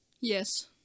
Yes